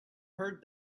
heard